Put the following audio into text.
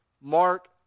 Mark